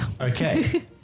Okay